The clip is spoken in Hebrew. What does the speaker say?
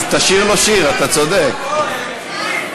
התשע"ה 2015, נתקבלה.